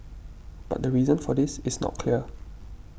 but the reason for this is not clear